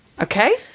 Okay